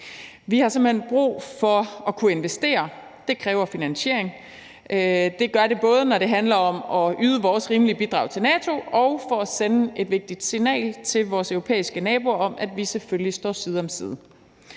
hen brug for at kunne investere, og det kræver finansiering. Det gør det, både når det handler om at yde vores rimelige bidrag til NATO, og når det handler om at sende et vigtigt signal til vores europæiske naboer om, at vi selvfølgelig står side om side